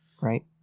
right